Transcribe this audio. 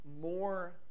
more